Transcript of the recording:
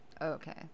Okay